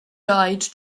died